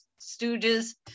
stooges